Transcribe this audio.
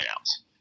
outs